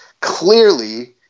clearly